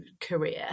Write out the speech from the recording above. career